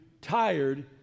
tired